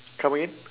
come again